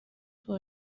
توی